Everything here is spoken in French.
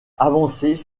avancées